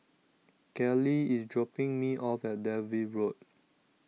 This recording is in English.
Callie IS dropping Me off At Dalvey Road